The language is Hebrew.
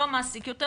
זה לא מעסיק יותר,